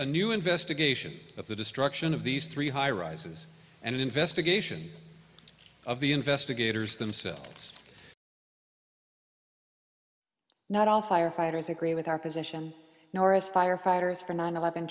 a new investigation of the destruction of these three high rises and investigation of the investigators themselves not all firefighters agree with our position norris firefighters from an eleven